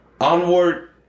Onward